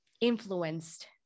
influenced